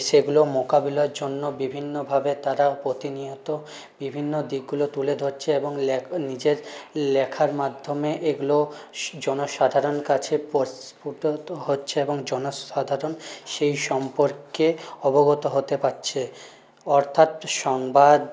সেগুলো মোকাবিলার জন্য বিভিন্ন ভাবে তারা প্রতিনিয়ত বিভিন্ন দিকগুলো তুলে ধরছে এবং নিজের লেখার মাধ্যমে এগুলো জনসাধারণের কাছে প্রস্ফুটিত হচ্ছে এবং জনসাধারণ সেই সম্পর্কে অবগত হতে পারছে অর্থাৎ সংবাদ